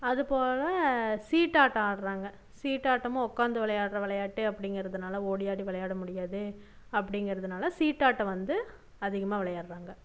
அதுபோக சீட்டாட்டம் ஆடுறாங்க சீட்டாட்டமும் உட்காந்து விளையாடுற விளையாட்டு அப்டிங்கிறதுனால ஓடி ஆடி விளையாட முடியாது அப்டிங்கிறதுனால சீட்டாட்டம் வந்து அதிகமாக விளையாடுவாங்க